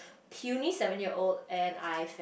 puny seven year old and I